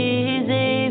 easy